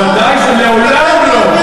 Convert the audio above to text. ודאי שלעולם לא.